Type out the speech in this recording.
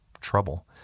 trouble